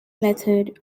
method